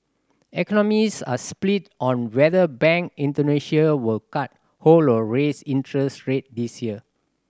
economists are split on whether Bank Indonesia will cut hold or raise interest rate this year